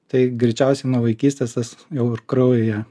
tai greičiausiai nuo vaikystės tas jau ir kraujyje